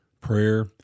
prayer